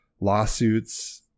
lawsuits